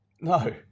No